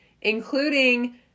Including